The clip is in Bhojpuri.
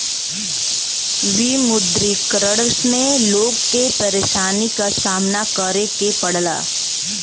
विमुद्रीकरण में लोग के परेशानी क सामना करे के पड़ल